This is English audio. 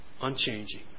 unchanging